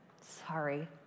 sorry